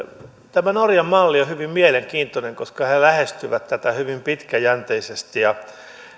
tämä norjan malli on hyvin mielenkiintoinen koska he he lähestyvät tätä hyvin pitkäjänteisesti